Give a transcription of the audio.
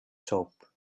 shop